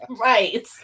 Right